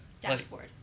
Dashboard